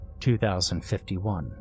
2051